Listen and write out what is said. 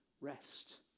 rest